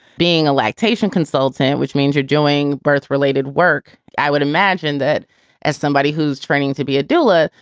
being a lactation consultant, which means you're going birth related work, i would imagine that as somebody who's training to be a dula,